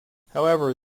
however